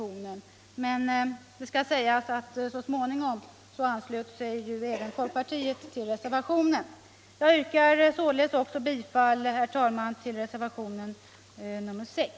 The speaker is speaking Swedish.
Det skall dock sägas att folkpartiet så småningom anslöt sig till reservationen. Jag yrkar, herr talman, således bifall också till reservationen 6.